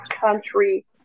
country